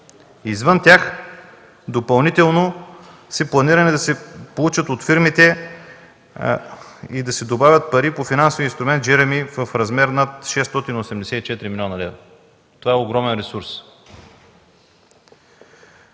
Извън тях допълнително се планира да се получат от фирмите и да се добавят пари по финансовия инструмент „Джереми” в размер над 684 млн. лв. Това е огромен ресурс.